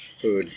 food